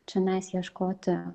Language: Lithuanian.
čionais ieškoti